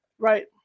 right